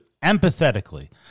empathetically